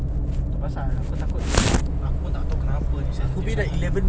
itu pasal aku takut aku pun tak tahu kenapa ni sensitif sangat